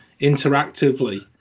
interactively